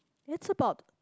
it's about